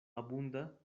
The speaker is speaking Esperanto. abunda